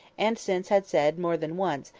and since had said, more than once,